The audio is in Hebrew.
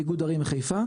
איגוד ערים חיפה,